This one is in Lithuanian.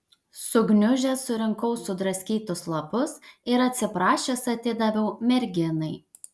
sugniužęs surinkau sudraskytus lapus ir atsiprašęs atidaviau merginai